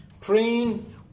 praying